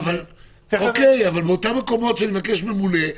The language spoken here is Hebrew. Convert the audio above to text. גם אצלם --- אבל באותם מקומות שאני מבקש ממונה,